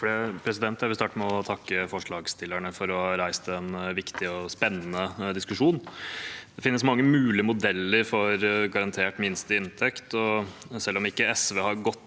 leder): Jeg vil starte med å takke forslagsstillerne for å ha reist en viktig og spennende diskusjon. Det finnes mange mulige modeller for garantert minsteinntekt, og selv om SV ikke har gått